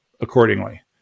accordingly